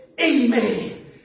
Amen